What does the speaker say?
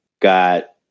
got